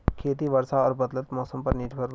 खेती वर्षा और बदलत मौसम पर निर्भर बा